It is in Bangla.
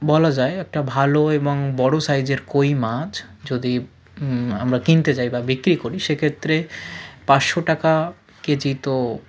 বলা যায় একটা ভালো এবং বড়ো সাইজের কই মাছ যদি আমরা কিনতে যাই বা বিক্রি করি সেক্ষেত্রে পাঁচশো টাকা কেজি তো